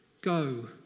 Go